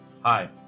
Hi